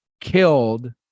killed